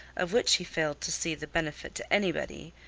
of which he failed to see the benefit to anybody,